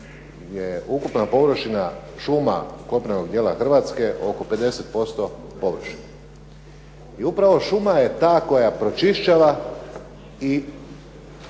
je ukupna površina šuma kopnenog dijela Hrvatske oko 50% površina. I upravo šuma je ta koja pročišćava i